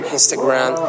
Instagram